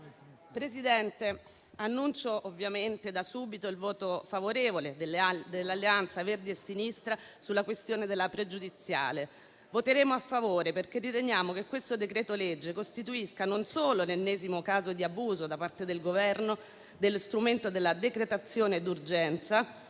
Presidente, preannuncio ovviamente da subito il voto favorevole di Alleanza Verdi e Sinistra sulla questione pregiudiziale. Voteremo a favore, perché riteniamo che il decreto-legge in esame costituisca non solo l'ennesimo caso di abuso da parte del Governo dello strumento della decretazione d'urgenza,